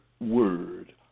word